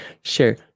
Sure